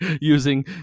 using